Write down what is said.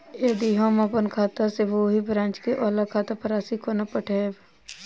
यदि हम अप्पन खाता सँ ओही ब्रांच केँ अलग खाता पर राशि कोना पठेबै?